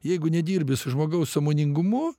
jeigu nedirbi su žmogaus sąmoningumu